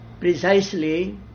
Precisely